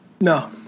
No